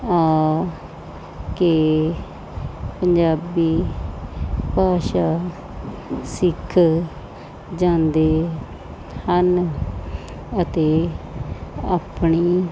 ਆ ਕੇ ਪੰਜਾਬੀ ਭਾਸ਼ਾ ਸਿੱਖ ਜਾਂਦੇ ਹਨ ਅਤੇ ਆਪਣੀ